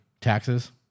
taxes